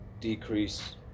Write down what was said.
decrease